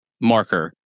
marker